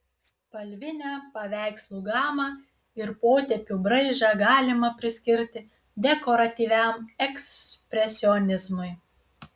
spalvinę paveikslų gamą ir potėpių braižą galima priskirti dekoratyviam ekspresionizmui